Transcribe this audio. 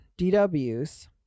dw's